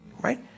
right